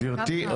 גברתי,